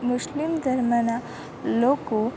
મુસ્લિમ ધર્મનાં લોકો